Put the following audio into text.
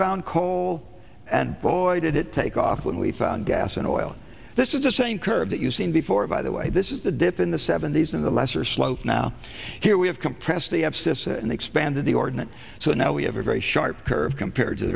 found coal and boy did it take off when we found gas and oil this is the same curve that you've seen before by the way this is the dip in the seventy's and the lesser slope now here we have compressed the abscissa and expanded the ordinance so now we have a very sharp curve compared to